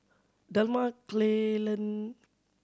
Delmar Kaylyn